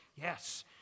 Yes